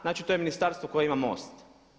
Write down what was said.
Znači to je ministarstvo koje ima MOST.